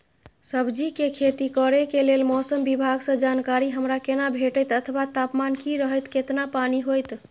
सब्जीके खेती करे के लेल मौसम विभाग सँ जानकारी हमरा केना भेटैत अथवा तापमान की रहैत केतना पानी होयत?